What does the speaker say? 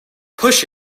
push